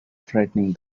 frightening